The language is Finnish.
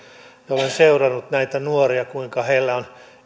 olen seurannut näitä nuoria kuinka heillä on